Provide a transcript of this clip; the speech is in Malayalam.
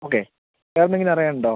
ഓക്കെ വേറെ എന്തെങ്കിലും അറിയാൻ ഉണ്ടോ